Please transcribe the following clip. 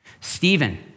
Stephen